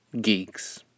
geeks